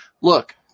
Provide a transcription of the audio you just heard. look